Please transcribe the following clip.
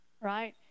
right